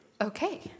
okay